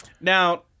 now